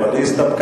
אבל היא הסתפקה,